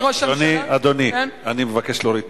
אדוני ראש